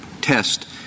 test